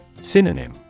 Synonym